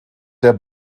der